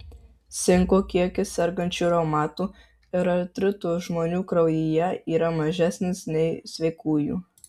cinko kiekis sergančių reumatu ir artritu žmonių kraujyje yra mažesnis nei sveikųjų